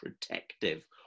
protective